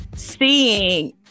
Seeing